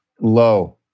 low